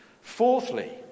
Fourthly